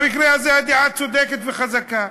במקרה הזה הדעה צודקת וחזקה.